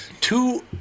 Two